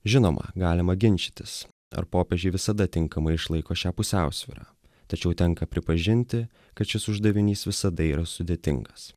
žinoma galima ginčytis ar popiežiai visada tinkamai išlaiko šią pusiausvyrą tačiau tenka pripažinti kad šis uždavinys visada yra sudėtingas